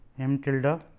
m tilde. ah